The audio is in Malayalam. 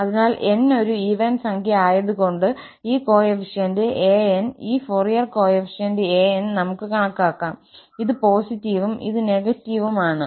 അതിനാൽ 𝑛 ഒരു ഈവൻ സംഖ്യ ആയതുകൊണ്ട് ഈ കോഎഫിഷ്യന്റ് 𝑎𝑛ഈ ഫൊറിയർ കോഎഫിഷ്യന്റ് 𝑎𝑛 നമുക് കണക്കാക്കാം ഇത് പോസിറ്റീവും ഇത് നെഗറ്റീവും ആണ്